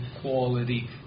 quality